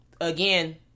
Again